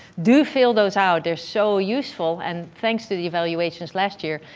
do fill those out, they're so useful, and thanks to the evaluations last year,